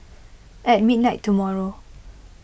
at midnight tomorrow